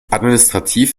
administrativ